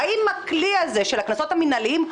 אבל אכיפה לבד בלי פתרון מייצרת ומקבעת את אותה בעיה.